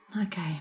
Okay